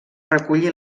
recollir